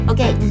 Okay